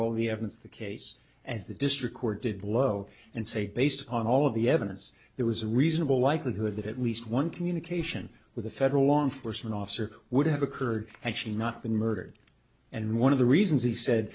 all the evidence the case as the district court did blow and say based on all of the evidence there was a reasonable likelihood that at least one communication with a federal law enforcement officer would have occurred had she not been murdered and one of the reasons he said